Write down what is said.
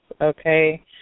Okay